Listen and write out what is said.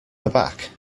aback